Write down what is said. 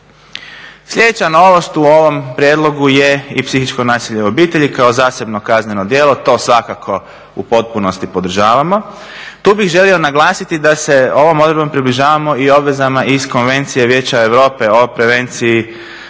Sljedeća novost u ovom prijedlogu je i psihičko nasilje u obitelji kao zasebno kazneno djelo, to svakako u potpunosti podržavamo. Tu bih želio naglasiti da se ovom odredbom približavamo i obvezama iz konvencije Vijeća Europe o prevenciji